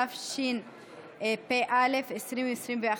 התשפ"א 2021,